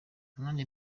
nkanjye